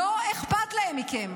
לא אכפת להם מכם.